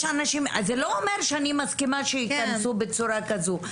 זה לא אומר שאני מסכימה שהם ייכנסו בצורה שכזו.